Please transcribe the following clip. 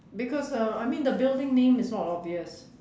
because uh I mean the building name is not obvious